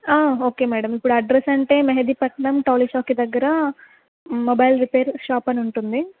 okay madam ఇప్పుడు address అంటే మెహదీపట్నం టౌలిచౌకీ దగ్గర మొబైల్ రిపేర్ షాప్ అని ఉంటుంది